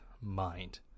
mind